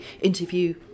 interview